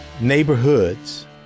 neighborhoods